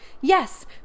Yes